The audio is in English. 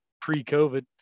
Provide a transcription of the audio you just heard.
pre-COVID